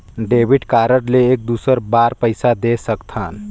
Debit card ले एक दुसर बार पइसा दे सकथन?